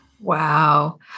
Wow